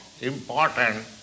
important